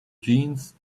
jeans